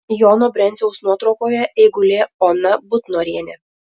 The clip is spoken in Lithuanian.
jono brenciaus nuotraukoje eigulė ona butnorienė